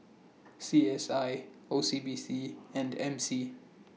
C S I O C B C and M C